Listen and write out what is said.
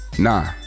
Nah